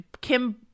kim